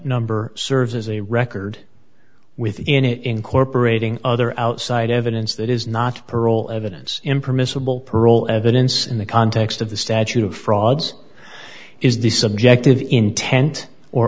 number serves as a record within it incorporating other outside evidence that is not pearl evidence impermissible parole evidence in the context of the statute of frauds is the subject of the intent or